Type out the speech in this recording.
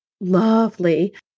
lovely